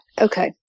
Okay